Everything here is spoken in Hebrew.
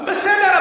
בסדר,